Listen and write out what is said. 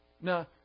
Now